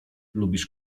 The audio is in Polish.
lubisz